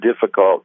difficult